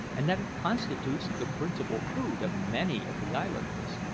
and that it constitutes the principal food of many of the islanders.